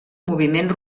moviment